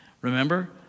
Remember